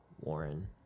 Warren